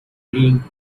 being